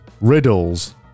riddles